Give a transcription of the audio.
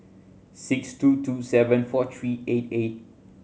six two two seven four three eight eight